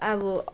अब